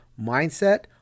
mindset